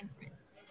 inference